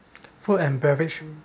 food and beverage